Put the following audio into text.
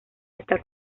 está